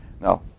now